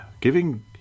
giving